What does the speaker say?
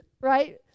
right